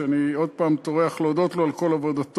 אני עוד הפעם טורח להודות לו על כל עבודתו,